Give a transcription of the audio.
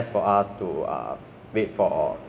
we should stay at home is the best thing